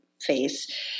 face